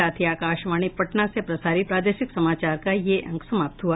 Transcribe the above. इसके साथ ही आकाशवाणी पटना से प्रसारित प्रादेशिक समाचार का ये अंक समाप्त हुआ